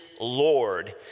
Lord